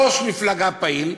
ראש מפלגה פעיל,